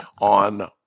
on